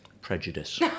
prejudice